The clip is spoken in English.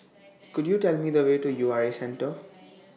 Could YOU Tell Me The Way to U R A Centre